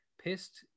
Pissed